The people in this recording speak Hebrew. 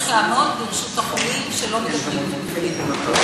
לעמוד לרשות החולים שלא מדברים עברית.